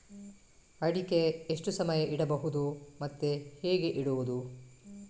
ಅಡಿಕೆ ಎಷ್ಟು ಸಮಯ ಇಡಬಹುದು ಮತ್ತೆ ಹೇಗೆ ಇಡುವುದು?